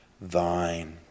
thine